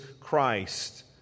Christ